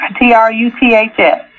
T-R-U-T-H-S